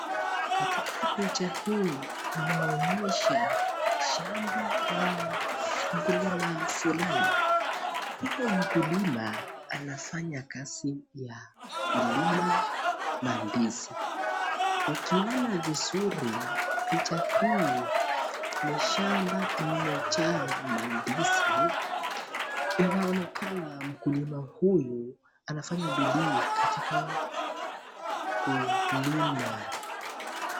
Katika picha hii inaonyesha shamba la mkulima fulani, huyo mkulima ,anafanya kazi ya kulima mandizi ukiona vizuri picha hii ni shamba imejaa mandizi, inaonekana mkulima huyu anafanya bidii katika kulima.